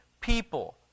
people